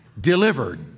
delivered